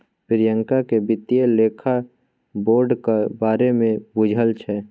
प्रियंका केँ बित्तीय लेखा बोर्डक बारे मे बुझल छै